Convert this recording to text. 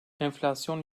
enflasyon